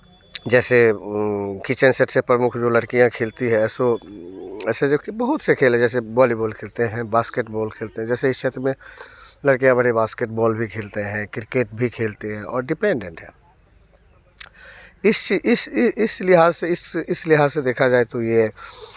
जैसे kitchen set से प्रमुख जो लड़कियाँ खेलती हैं सो ऐसे जब की बहुत से खेल जैसे बॉलीबाल खेलती हैं बास्केटबॉल खेलती हैं जैसे इस क्षेत्र में लड़कियाँ बड़े बास्केटबॉल भी खेलती हैं क्रिकेट भी खेलती हैं और डिपेंडडेंट हैं इस इस इस लिहाज़ इस लिहाज़ से देखा जाए तो ये